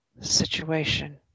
situation